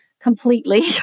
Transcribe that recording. completely